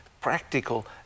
practical